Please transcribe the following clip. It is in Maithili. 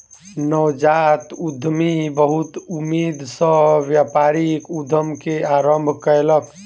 नवजात उद्यमी बहुत उमेद सॅ व्यापारिक उद्यम के आरम्भ कयलक